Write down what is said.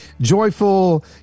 joyful